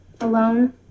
alone